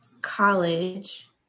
college